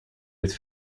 doet